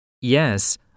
Yes